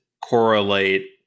correlate